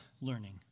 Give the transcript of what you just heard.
learning